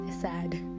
sad